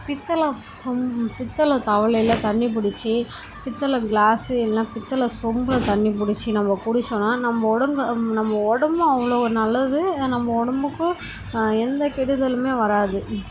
பித்தளை சொம்பு பித்தளை தவலைல தண்ணிப்பிடிச்சி பித்தளை க்ளாஸ்ஸு எல்லாம் பித்தளை சொம்பில் தண்ணிப்பிடிச்சி நம்ம குடிச்சோம்னா நம்ம உடம்பு நம்ம உடம்பும் அவ்வளோ நல்லது நம்ம உடம்புக்கும் எந்த கெடுதலுமே வராது